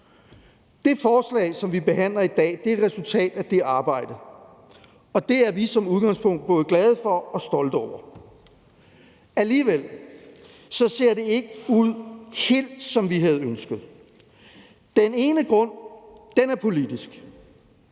Det forslag, som vi behandler i dag, er et resultat af det arbejde, og det er vi som udgangspunkt både glade for og stolte over. Alligevel ser det ikke ud helt, som vi havde ønsket. Den ene grund er politisk.